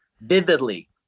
vividly